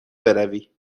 بروی